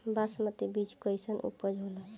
बासमती बीज कईसन उपज होला?